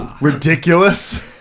ridiculous